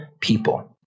people